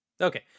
Okay